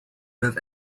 that